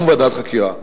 שום ועדת חקירה.